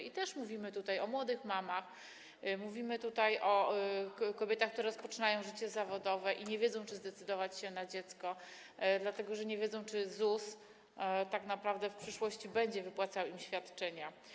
I też mówimy tutaj o młodych mamach, mówimy o kobietach, które rozpoczynają życie zawodowe i nie wiedzą, czy zdecydować się na dziecko, dlatego że nie wiedzą, czy ZUS tak naprawdę w przyszłości będzie wypłacał im świadczenia.